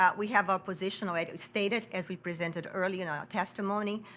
ah we have a position, we stated, as we presented earlier in our testimony,